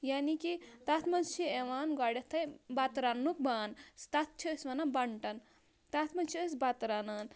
یعنی کہِ تَتھ منٛز چھِ یِوان گۄڈٮ۪تھٕے بَتہٕ رَننُک بانہٕ تَتھ چھِ أسۍ وَنان بَنٹَن تَتھ منٛز چھِ أسۍ بَتہٕ رَنان